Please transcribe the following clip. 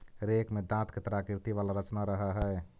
rake में दाँत के तरह आकृति वाला रचना रहऽ हई